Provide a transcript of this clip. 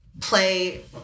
play